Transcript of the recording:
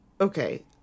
okay